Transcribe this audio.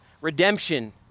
redemption